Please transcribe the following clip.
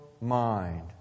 mind